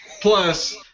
plus